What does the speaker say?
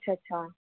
अच्छा अच्छा